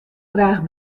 graach